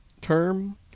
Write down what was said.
term